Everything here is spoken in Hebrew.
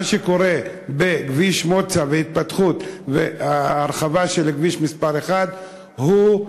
מה שקורה בכביש מוצא וההתפתחות וההרחבה של כביש מס' 1 הוא,